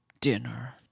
dinner